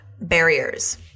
barriers